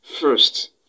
First